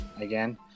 again